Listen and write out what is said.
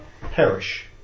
perish